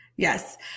Yes